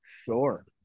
Sure